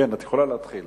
את יכולה להתחיל